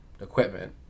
equipment